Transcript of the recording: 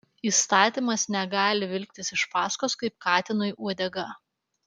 įstatymas negali vilktis iš paskos kaip katinui uodega